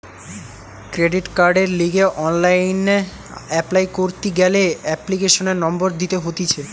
credit কার্ডের লিগে online apply করতি গ্যালে এপ্লিকেশনের নম্বর দিতে হতিছে